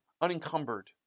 Unencumbered